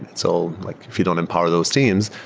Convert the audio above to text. and so like if you don't empower those teams,